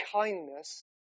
kindness